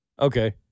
Okay